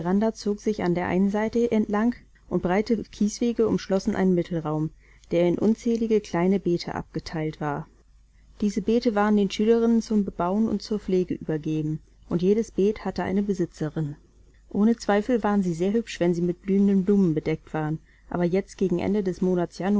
zog sich an der einen seite entlang und breite kieswege umschlossen einen mittelraum der in unzählige kleine beete abgeteilt war diese beete waren den schülerinnen zum bebauen und zur pflege übergeben und jedes beet hatte eine besitzerin ohne zweifel waren sie sehr hübsch wenn sie mit blühenden blumen bedeckt waren aber jetzt gegen ende des